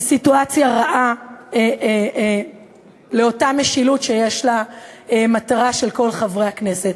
היא סיטואציה רעה לאותה משילות שיש לה מטרה של כל חברי הכנסת.